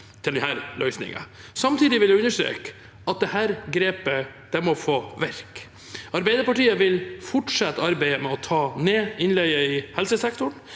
til denne løsningen. Samtidig vil jeg understreke at dette grepet må få virke. Arbeiderpartiet vil fortsette arbeidet med å ta ned innleie i helsesektoren,